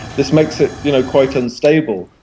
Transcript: this makes it you know quite unstable,